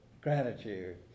gratitude